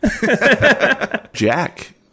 Jack